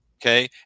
Okay